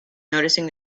noticing